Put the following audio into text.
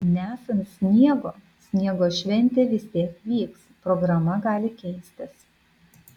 nesant sniego sniego šventė vis tiek vyks programa gali keistis